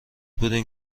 بودیم